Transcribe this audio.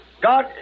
God